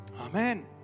Amen